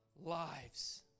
lives